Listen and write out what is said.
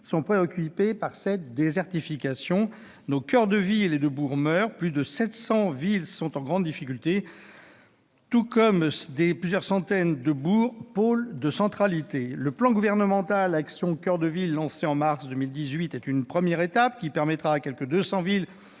sont préoccupés par cette désertification. Nos coeurs de ville et de bourg meurent ; plus de 700 villes se trouvent en grande difficulté, tout comme plusieurs centaines de bourgs, pôles de centralité. Le plan gouvernemental « Action coeur de ville », lancé en mars 2018, est une première étape, qui permettra à quelque 200 villes